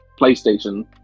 PlayStation